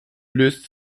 löst